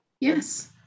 Yes